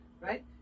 right